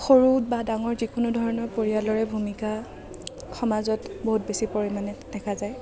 সৰু বা ডাঙৰ যিকোনো ধৰণৰ পৰিয়ালৰে ভূমিকা সমাজত বহুত বেছি পৰিমাণে দেখা যায়